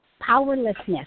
powerlessness